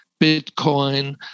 Bitcoin